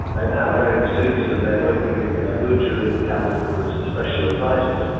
ah now wearing suits and they are working in abuja in the capital as special advisers.